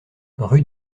rue